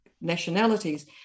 nationalities